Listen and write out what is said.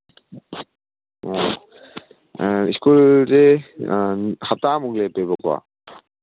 ꯑꯣ ꯁ꯭ꯀꯨꯜꯁꯦ ꯍꯞꯇꯥꯃꯨꯛ ꯂꯦꯞꯄꯦꯕꯀꯣ